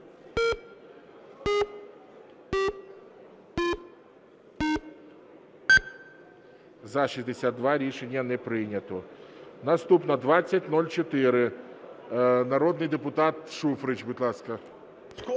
За-62 Рішення не прийнято. Наступна 2004. Народний депутат Шуфрич, будь ласка.